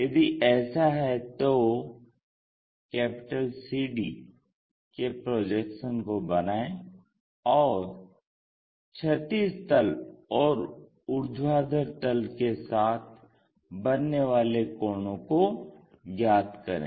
यदि ऐसा है तो CD के प्रोजेक्शन को बनायें और क्षैतिज तल और ऊर्ध्वाधर तल के साथ बनने वाले कोणों को ज्ञात करें